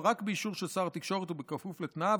רק באישור של שר התקשורת ובכפוף לתנאיו,